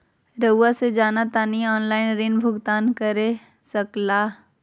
रहुआ से जाना तानी ऑनलाइन ऋण भुगतान कर सके ला?